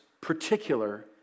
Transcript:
particular